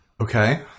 Okay